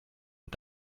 und